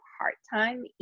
part-time